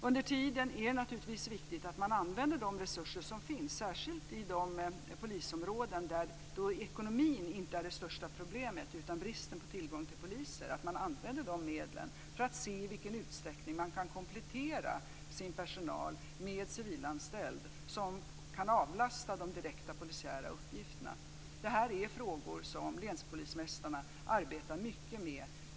Under tiden är det viktigt att man använder de resurser som finns, särskilt i de polisområden där ekonomin inte är det största problemet utan där det största problemet är bristen tillgång på poliser. De bör använda dessa medel och se i vilken utsträckning det går att komplettera sin personal med civilanställda som kan avlasta de direkta polisiära uppgifterna. Detta är frågor som länspolismästarna arbetar mycket med.